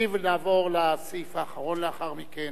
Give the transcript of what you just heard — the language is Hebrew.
ונעבור לסעיף האחרון לאחר מכן.